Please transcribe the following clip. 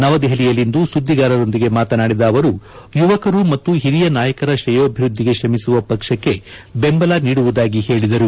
ನವದೆಹಲಿಯಲ್ಲಿಂದು ಸುದ್ದಿಗಾರರೊಂದಿಗೆ ಮಾತನಾಡಿದ ಅವರು ಯುವಕರು ಮತ್ತು ಹಿರಿಯ ನಾಯಕರ ಶ್ರೇಯೋಭಿವೃದ್ದಿಗೆ ಶ್ರಮಿಸುವ ಪಕ್ಷಕ್ಕೆ ಬೆಂಬಲ ನೀಡುವುದಾಗಿ ಹೇಳಿದರು